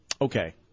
Okay